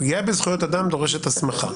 פגיעה בזכויות אדם דורשת הסמכה.